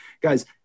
Guys